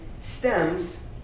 stems